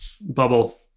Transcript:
bubble